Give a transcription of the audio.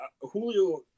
julio